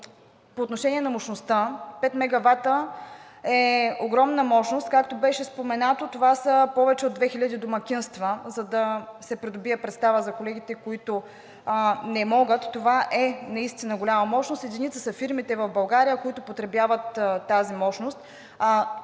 по отношение на мощността. Пет мегавата е огромна мощност, както беше споменато, това са повече от 2000 домакинства, за да се придобие представа за колегите, които не могат – това е наистина голяма мощност. Единици са фирмите в България, които потребяват тази мощност,